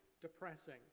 depressing